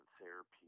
therapy